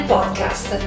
Podcast